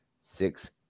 six